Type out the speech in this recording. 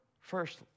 first